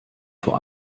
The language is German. vor